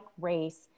race